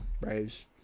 Braves